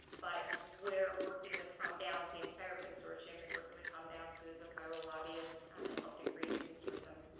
but, we're working with tom downs, the entire consortium is working with tom downs, who is a federal lobbyist, um and helped to create the consortium.